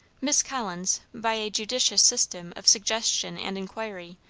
miss collins, by a judicious system of suggestion and inquiry,